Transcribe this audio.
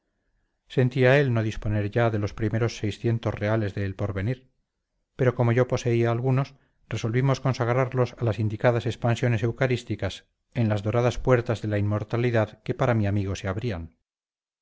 sentía él no disponer ya de los primeros seiscientos reales de el porvenir pero como yo poseía algunos resolvimos consagrarlos a las indicadas expansiones eucharisticas en las doradas puertas de la inmortalidad que para mi amigo se abrían